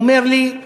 הוא אומר לי: